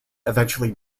eventually